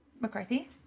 McCarthy